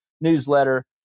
newsletter